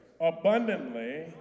abundantly